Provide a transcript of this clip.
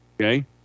okay